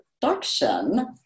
production